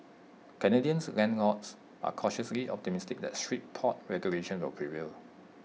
Canadians landlords are cautiously optimistic that strict pot regulations will prevail